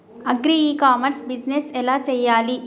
Agri e commerce business ఎలా చెయ్యాలి?